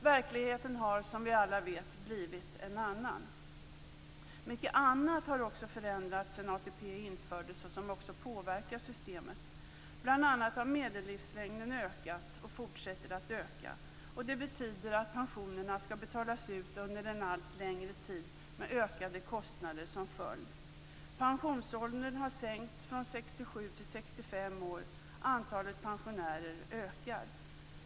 Verkligheten har, som vi alla vet, blivit en annan. Mycket annat har också förändrats sedan ATP infördes som påverkar systemet. Bl.a. har medellivslängden ökat, och den fortsätter att öka. Det betyder att pensionerna skall betalas ut under en allt längre tid med ökade kostnader som följd. Pensionsåldern har sänkts från 67 till 65 år. Antalet pensionärer ökar.